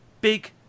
big